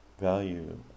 value